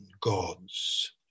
gods